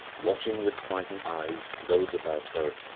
watching with frightened eyes those about her,